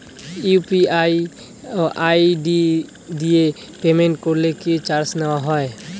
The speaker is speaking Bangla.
ইউ.পি.আই আই.ডি দিয়ে পেমেন্ট করলে কি চার্জ নেয়া হয়?